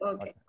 Okay